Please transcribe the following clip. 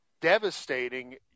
Devastating